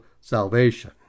salvation